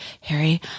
Harry